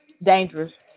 dangerous